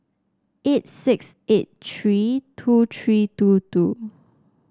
eight six eight three two three two two